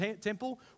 temple